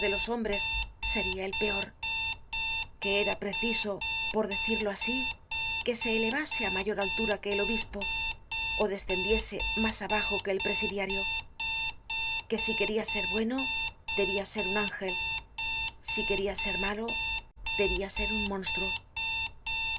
los hombres seria el peor que era preciso por decirlo asi que se elevase á mayor altura que el obispo ó descendiese mas abajo que el presidiario que si queria ser bueno debia ser un ángel si queria ser malo debia ser un mónstruo